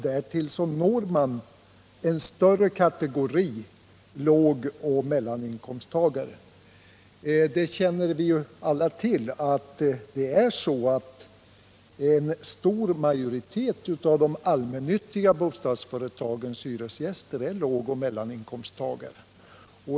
Därtill når man en större kategori lågoch mellaninkomsttagare. Vi känner alla till att en stor majoritet av de allmännyttiga bostadsföretagens hyresgäster är lågoch mellaninkomsttagare.